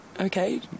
Okay